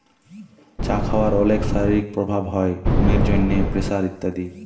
চা খাওয়ার অলেক শারীরিক প্রভাব হ্যয় ঘুমের জন্হে, প্রেসার ইত্যাদি